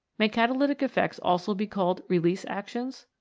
may catalytic effects also be called release actions?